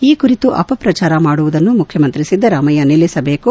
ಈ ಕುರಿತು ಅಪಪ್ರಚಾರ ಮಾಡುವುದನ್ನು ಮುಖ್ಯಮಂತ್ರಿ ಸಿದ್ದರಾಮಯ್ಯ ನಿಲ್ಲಿಸಬೇಕು